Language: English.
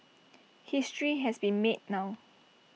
history has been made now